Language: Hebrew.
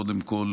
קודם כול,